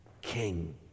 king